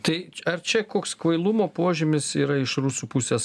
tai ar čia koks kvailumo požymis yra iš rusų pusės